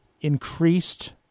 increased